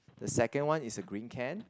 the second one is the green can